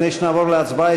לפני שנעבור להצבעה,